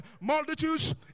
multitudes